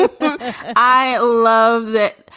ah i love that.